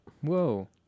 Whoa